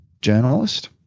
journalist